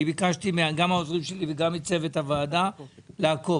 אני ביקשתי גם מהעוזרים שלי וגם מצוות הוועדה לעקוב.